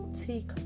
take